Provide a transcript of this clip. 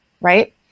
right